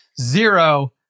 zero